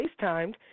FaceTimed